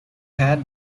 had